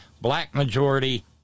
black-majority